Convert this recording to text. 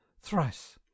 thrice